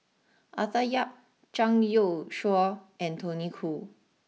Arthur Yap Zhang Youshuo and Tony Khoo